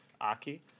aki